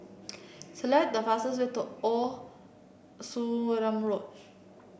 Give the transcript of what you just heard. select the fastest way to Old Sarum Road